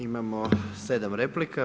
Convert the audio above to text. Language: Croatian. Imamo 7 replika.